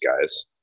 guys